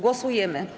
Głosujemy.